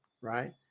right